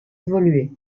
évolué